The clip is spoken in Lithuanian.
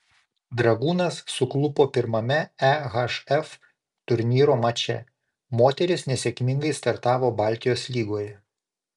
dragūnas suklupo pirmame ehf turnyro mače moterys nesėkmingai startavo baltijos lygoje